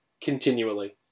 continually